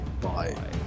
Bye